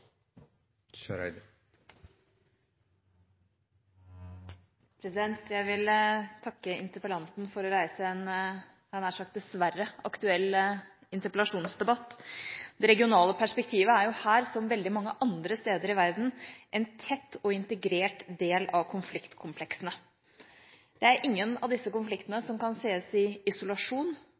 Jeg vil takke interpellanten for å reise en – jeg hadde nær sagt dessverre – aktuell interpellasjonsdebatt. Det regionale perspektivet er her, som veldig mange andre steder i verden, en tett og integrert del av konfliktkompleksene. Det er ingen av disse konfliktene som kan ses i isolasjon.